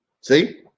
See